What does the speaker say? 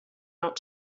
not